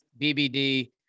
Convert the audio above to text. BBD